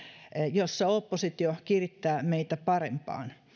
jossa oppositio kirittää meitä parempaan